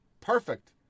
perfect